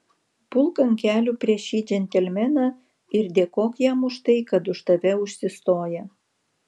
pulk ant kelių prieš šį džentelmeną ir dėkok jam už tai kad už tave užsistoja